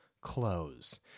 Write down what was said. close